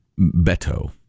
Beto